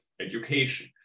education